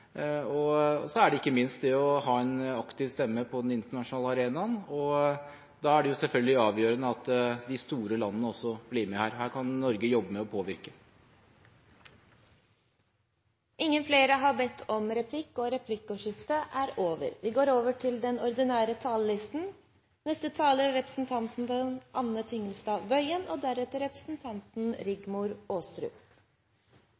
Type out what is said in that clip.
og ikke minst det å ha en aktiv stemme på den internasjonale arenaen. Da er det selvfølgelig avgjørende at de store landene også blir med. Her kan Norge jobbe med å påvirke. Replikkordskiftet er omme. Jeg tror vi alle kjenner eventyret «Keiserens nye klær». Vi husker keiseren som var så forfengelig og sjølopptatt at han ikke merket at han ble bedratt og